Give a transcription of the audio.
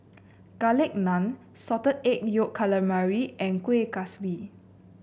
Garlic Naan Salted Egg Yolk Calamari and Kuih Kaswi